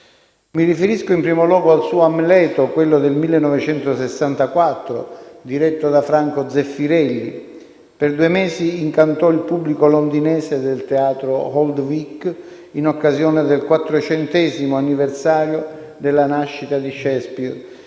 Mi riferisco in primo luogo al suo «Amleto», quello del 1964, diretto da Franco Zeffirelli. Per due mesi incantò il pubblico londinese del teatro Old Vic, in occasione del quattrocentesimo anniversario della nascita di Shakespeare,